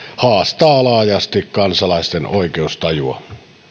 haastaa laajasti kansalaisten oikeustajua